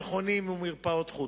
מכונים ומרפאות חוץ.